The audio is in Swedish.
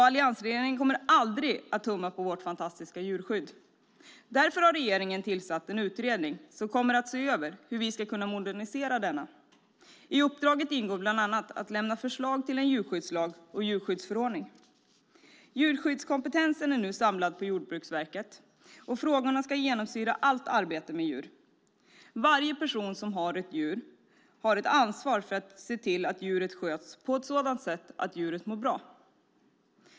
Alliansregeringen kommer aldrig att tumma på vårt fantastiska djurskydd. Därför har regeringen tillsatt en utredning som kommer att se över hur vi ska modernisera djurskyddet. I uppdraget ingår bland annat att lämna förslag till en djurskyddslag och en djurskyddsförordning. Djurskyddskompetensen är nu samlad på Jordbruksverket. Frågorna ska genomsyra allt arbete med djur. Varje person som har ett djur har ett ansvar för att se till att djuret sköts på ett sådant sätt att djuret mår bra.